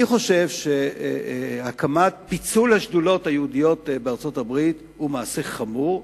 אני חושב שפיצול השדולות היהודיות בארצות-הברית הוא מעשה חמור,